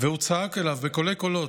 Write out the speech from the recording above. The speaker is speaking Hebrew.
והוא צעק אליו בקולי-קולות: